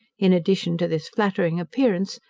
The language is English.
in addition to this flattering appearance,